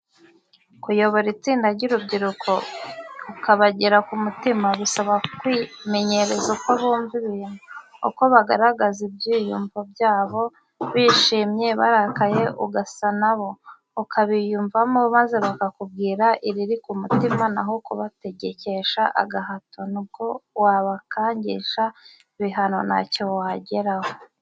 Kuyobora itsinda ry'urubyiruko, ukabagera ku mutima, bisaba kwimenyereza uko bumva ibintu, uko bagaragaza ibyiyumvo byabo, bishimye, barakaye, ugasa na bo, ukabiyumvamo, maze bakakubwira iriri ku mutima na ho kubategekesha agahato n'ubwo wabakangisha ibihano nta cyo wageraho.